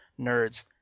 nerds